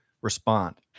respond